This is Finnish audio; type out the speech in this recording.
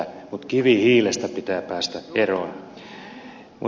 mutta kivihiilestä pitää päästä eroon